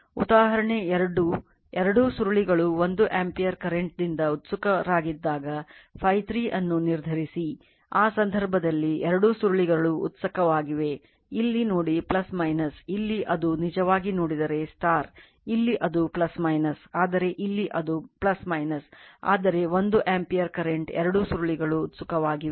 ಉದಾಹರಣೆ 2 ಎರಡೂ ಸುರುಳಿಗಳು 1 ಆಂಪಿಯರ್ ಕರೆಂಟ್ ದಿಂದ ಉತ್ಸುಕರಾಗಿದ್ದಾಗ Φ3 ಅನ್ನು ನಿರ್ಧರಿಸಿ ಆ ಸಂದರ್ಭದಲ್ಲಿ ಎರಡೂ ಸುರುಳಿಗಳು ಉತ್ಸುಕವಾಗಿವೆ ಇಲ್ಲಿ ನೋಡಿ ಇಲ್ಲಿ ಅದು ನಿಜವಾಗಿ ನೋಡಿದರೆ ಇಲ್ಲಿ ಅದು ಆದರೆ ಇಲ್ಲಿ ಅದು ಆದರೆ 1 ಆಂಪಿಯರ್ ಕರೆಂಟ್ ಎರಡೂ ಸುರುಳಿಗಳು ಉತ್ಸುಕವಾಗಿವೆ